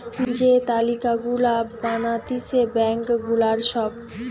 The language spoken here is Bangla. যে তালিকা গুলা বানাতিছে ব্যাঙ্ক গুলার সব